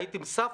היית עם סבתא?